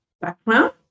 background